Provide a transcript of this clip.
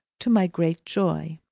to my great joy.